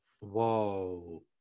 Whoa